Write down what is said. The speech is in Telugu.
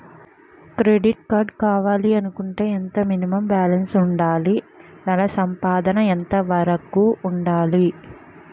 క్రెడిట్ కార్డ్ కావాలి అనుకుంటే ఎంత మినిమం బాలన్స్ వుందాలి? నెల సంపాదన ఎంతవరకు వుండాలి?